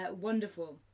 Wonderful